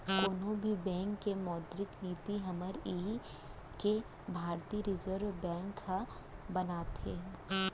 कोनो भी बेंक के मौद्रिक नीति हमर इहाँ के भारतीय रिर्जव बेंक ह बनाथे